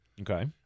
Okay